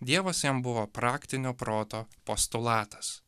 dievas jam buvo praktinio proto postulatas